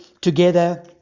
together